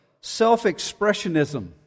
self-expressionism